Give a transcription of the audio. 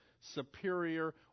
superior